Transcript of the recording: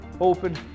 open